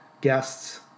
guests